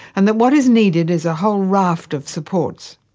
and that what is needed is a whole raft of supports.